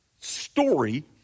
Story